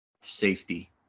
safety